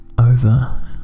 over